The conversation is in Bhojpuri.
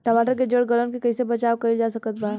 टमाटर के जड़ गलन से कैसे बचाव कइल जा सकत बा?